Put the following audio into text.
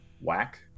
whack